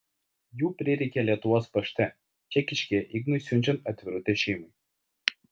jų prireikė lietuvos pašte čekiškėje ignui siunčiant atvirutę šeimai